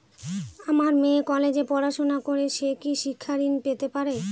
আমার মেয়ে কলেজে পড়াশোনা করে সে কি শিক্ষা ঋণ পেতে পারে?